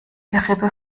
gerippe